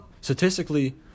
statistically